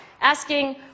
asking